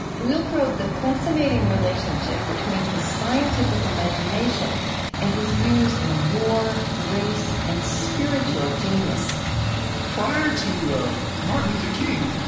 we'll probe the fascinating relationship between his scientific imagination and his views on war, race and spiritual genius prior to martin luther king,